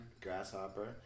Grasshopper